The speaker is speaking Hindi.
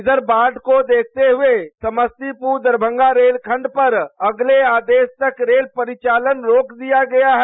इधर बाढ़ को देखते हुए समस्तीपुर दरभंगा रेलखंड पर अगले आदेश तक रेल परिचालन रोक दिया गया है